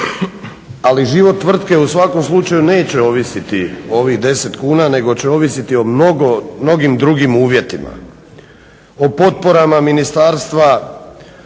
ali život tvrtke u svakom slučaju neće ovisiti o ovih 10 kuna nego će ovisiti o mnogim drugim uvjetima o potporama ministarstva